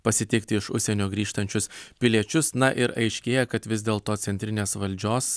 pasitikti iš užsienio grįžtančius piliečius na ir aiškėja kad vis dėl to centrinės valdžios